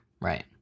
Right